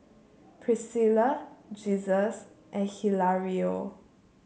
Priscilla Jesus and Hilario